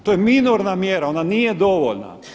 To je minorna mjera, ona nije dovoljna.